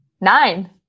Nine